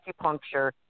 acupuncture